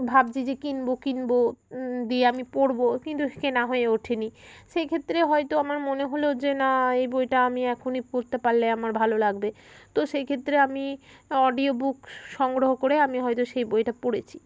ভাবছি যে কিনবো কিনবো দিয়ে আমি পড়বো কিন্তু কেনা হয়ে ওঠেনি সেইক্ষেত্রে হয়তো আমার মনে হলো যে না এই বইটা আমি এখনই পড়তে পারলে আমার ভালো লাগবে তো সেইক্ষেত্রে আমি অডিও বুক সংগ্রহ করে আমি হয়তো সেই বইটা পড়েছি